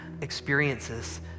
experiences